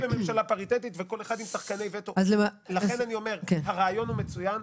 אני חושב שהרעיון הוא מצוין,